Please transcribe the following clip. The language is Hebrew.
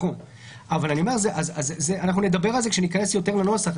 אנחנו נדבר על זה כשניכנס יותר לנוסח,